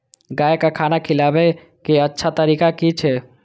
गाय का खाना खिलाबे के अच्छा तरीका की छे?